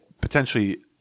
potentially